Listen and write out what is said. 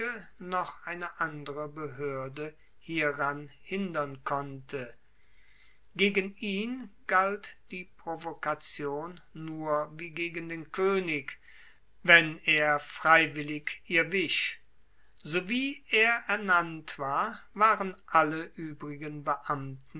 noch eine andere behoerde hieran hindern konnte gegen ihn galt die provokation nur wie gegen den koenig wenn er freiwillig ihr wich sowie er ernannt war waren alle uebrigen beamten